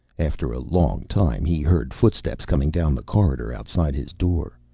after a long time, he heard footsteps coming down the corridor outside his door.